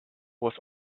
was